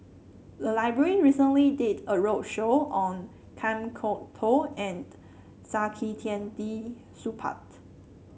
the library recently did a roadshow on Kan Kwok Toh and Saktiandi Supaat